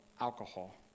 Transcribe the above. alcohol